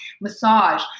massage